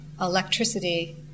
electricity